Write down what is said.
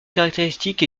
caractéristique